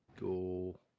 go